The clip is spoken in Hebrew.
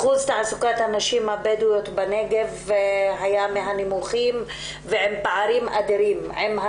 שיעור תעסוקת הנשים הבדואיות בנגב היה מהנמוכים ועם פערים אדירים מול